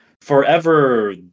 forever